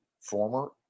former